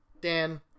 Dan